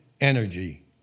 energy